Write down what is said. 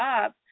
up